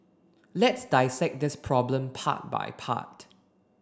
let's dissect this problem part by part